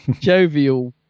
jovial